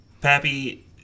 Pappy